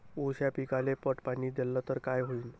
ऊस या पिकाले पट पाणी देल्ल तर काय होईन?